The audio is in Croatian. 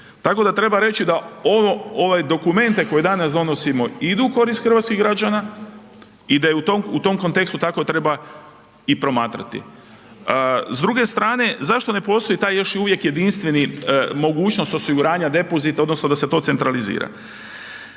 Tako da treba reći da ovo, ove dokumente koje danas donosimo idu u korist hrvatskih građana i da u tom kontekstu tako treba i promatrati. S druge strane, zašto ne postoji taj još uvijek jedinstveni, mogućnost osiguranja depozita, odnosno da se to centralizira?